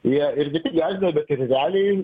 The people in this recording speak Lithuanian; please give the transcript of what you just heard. jie irgi tik gelbėja bet ir realiai